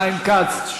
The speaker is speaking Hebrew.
חיים כץ,